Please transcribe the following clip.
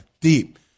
Deep